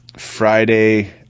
Friday